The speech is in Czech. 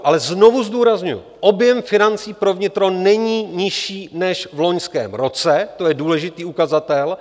Ale znovu zdůrazňuji, objem financí pro vnitro není nižší než v loňském roce, to je důležitý ukazatel.